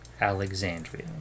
Alexandria